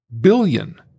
Billion